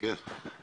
בבקשה.